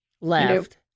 left